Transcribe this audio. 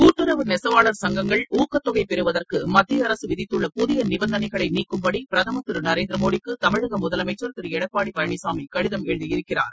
கூட்டுறவு நெசவாளர் சங்கங்கள் ஊக்கத்தொகை பெறுவதற்கு மத்திய அரசு விதித்துள்ள புதிய நிபந்தனைகளை நீக்கும்படி பிரதமா் திரு நரேந்திரமோடிக்கு தமிழக முதலமைச்சா் திரு எடப்பாடி பழனிசாமி கடிதம் எழுதியிருக்கிறார்